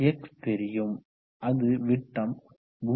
X தெரியும் அது விட்டம் 0